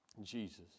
Jesus